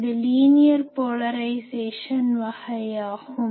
இது linear polarisation வகையாகும்